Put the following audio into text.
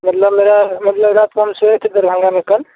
मतलब मेरा मतलब रात को हम सोए थे दरभंगा में कल